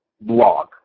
Blog